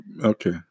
okay